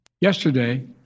Yesterday